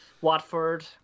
Watford